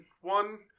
one